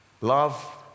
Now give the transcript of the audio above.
Love